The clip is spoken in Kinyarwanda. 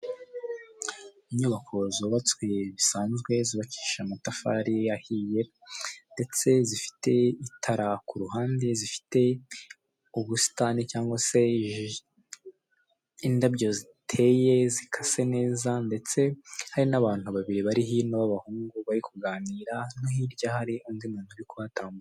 Inyubako zubatswe bisanzwe, zubakisha amatafari ahiye ndetse zifite itara, ku ruhande zifite ubusitani cyangwa se indabyo ziteye, zikase neza ndetse hari n'abantu babiri bari hino, abahungu bari kuganira no hirya hari undi muntu uri kuhatambuka.